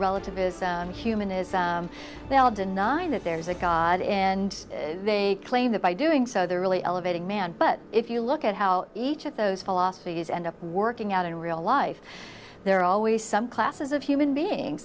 relativism humanism well denying that there is a god and they claim that by doing so they're really elevating man but if you look at how each of those philosophies end up working out in real life there are always some classes of human being